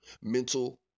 Mental